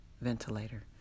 ventilator